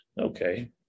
Okay